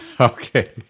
Okay